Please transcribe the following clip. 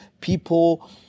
people